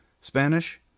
Spanish